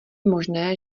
možné